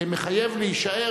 מחייב להישאר